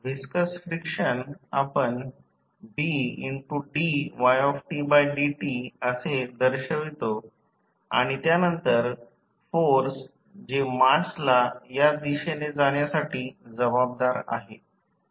viscous friction आपण Bdytdt असे दर्शवतो आणि त्यानंतर फोर्स जे मासला या दिशेने जाण्यासाठी जबाबदार आहे